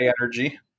energy